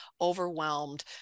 overwhelmed